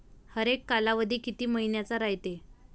हरेक कालावधी किती मइन्याचा रायते?